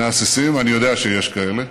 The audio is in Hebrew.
שמהססים, אני יודע שיש כאלה,